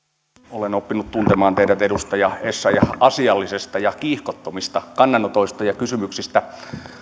olen oppinut tuntemaan teidät edustaja essayah asiallisista ja kiihkottomista kannanotoista ja kysymyksistä